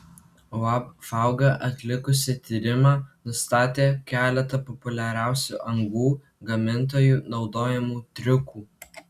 uab fauga atlikusi tyrimą nustatė keletą populiariausių angų gamintojų naudojamų triukų